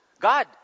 God